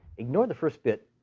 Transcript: ignore the first bit,